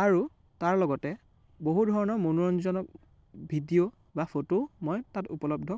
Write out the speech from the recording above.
আৰু তাৰ লগতে বহু ধৰণৰ মনোৰঞ্জনৰ ভিডিঅ' বা ফটো মই তাত উপলব্ধ